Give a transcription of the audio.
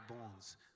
bones